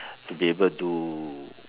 to be able to